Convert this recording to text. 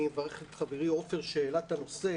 אני אברך את חברי עופר שהעלה את הנושא.